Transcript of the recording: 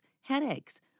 headaches